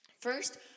First